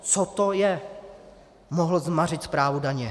Co to je, mohl zmařit správu daně?